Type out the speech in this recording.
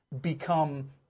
become